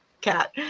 Cat